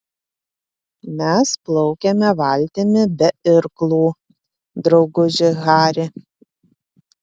mes plaukiame valtimi be irklų drauguži hari